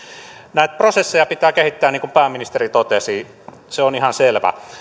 näitä prosesseja pitää kehittää niin kuin pääministeri totesi se on ihan selvä